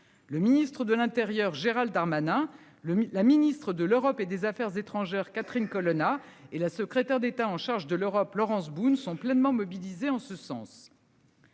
Le ministre de l'Intérieur Gérald Darmanin, le, la ministre de l'Europe et des Affaires étrangères Catherine Colonna et la secrétaire d'État en charge de l'Europe. Laurence Boone sont pleinement mobilisés en ce sens.--